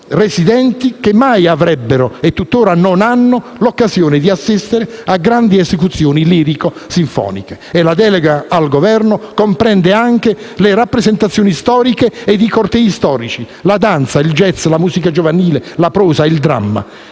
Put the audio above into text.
residenti, che mai avrebbero e tuttora non hanno l'occasione di assistere a grandi esecuzioni lirico-sinfoniche. La delega al Governo comprende anche le rappresentazioni storiche e i cortei storici, la danza, il jazz, la musica giovanile, la prosa e il dramma.